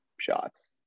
shots